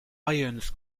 ions